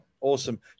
Awesome